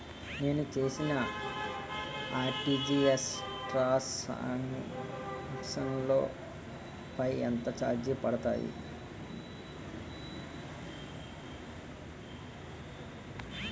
నేను చేసిన RTGS transaction లో పై ఎంత చార్జెస్ పడతాయి?